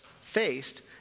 faced